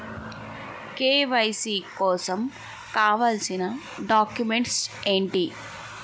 KYC కోసం కావాల్సిన documents ఎంటి?